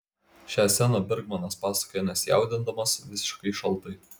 šią sceną bergmanas pasakoja nesijaudindamas visiškai šaltai